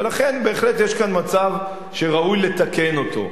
ולכן בהחלט יש כאן מצב שראוי לתקן אותו.